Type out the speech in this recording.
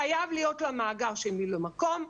חייב להיות לה מאגר של מילוי מקום,